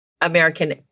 American